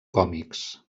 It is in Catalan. còmics